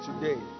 Today